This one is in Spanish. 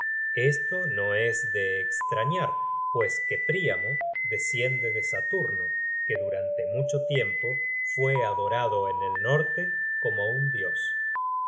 esto no es de estrañar pues que príamo desciende de saturno que durante mucho tiempo fue adorado en el norte como un dios y